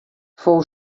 fou